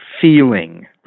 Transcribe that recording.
feeling